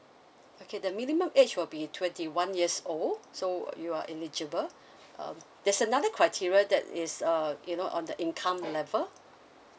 okay the minimum age will be twenty one years old so you are eligible um there's another criteria that is uh you know on the income level